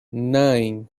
nine